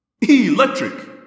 Electric